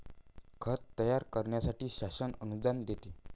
खत तयार करण्यासाठी शासन अनुदान देते